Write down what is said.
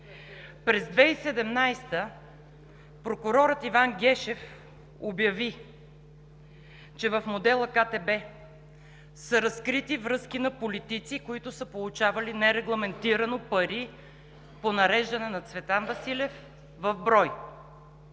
През 2017 г. прокурорът Иван Гешев обяви, че в модела „КТБ“ са разкрити връзки на политици, които са получавали нерегламентирано пари по нареждане на Цветан Василев в брой.